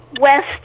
West